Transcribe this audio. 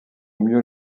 mieux